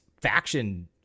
faction